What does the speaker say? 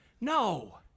No